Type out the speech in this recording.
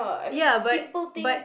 ya but but